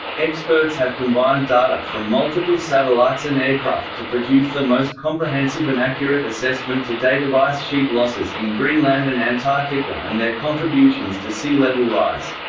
experts have combined data from multiple satellites and aircraft to produce the most comprehensive and accurate assessment to date of ice sheet losses in greenland and antarctica and their contributions to sea level rise.